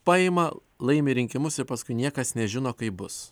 paima laimi rinkimus ir paskui niekas nežino kaip bus